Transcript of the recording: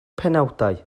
penawdau